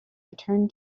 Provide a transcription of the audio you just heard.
return